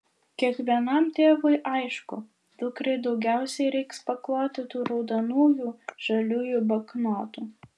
kiekvienam tėvui aišku dukrai daugiausiai reiks pakloti tų raudonųjų žaliųjų banknotų